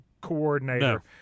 coordinator